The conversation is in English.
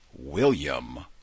William